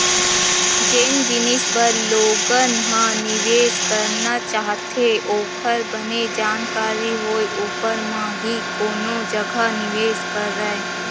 जेन जिनिस बर लोगन ह निवेस करना चाहथे ओखर बने जानकारी होय ऊपर म ही कोनो जघा निवेस करय